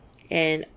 and